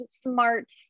smart